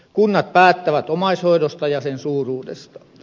kunnat päättävät omaishoidosta ja sen suuruudesta